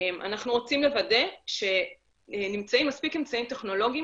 אנחנו רוצים לוודא שנמצאים מספיק אמצעים טכנולוגיים